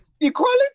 Equality